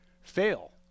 fail